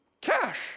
Cash